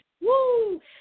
Woo